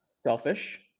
selfish